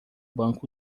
banco